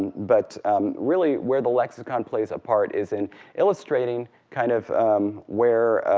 but really where the lexicon plays a part is in illustrating kind of where